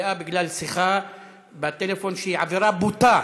מהמליאה בגלל שיחה בטלפון, שהיא עברה בוטה